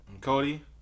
Cody